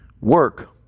Work